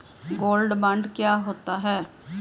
Gold bond क्या होता है?